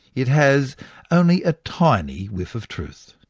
it has only a tiny whiff of truth.